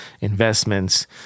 investments